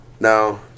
No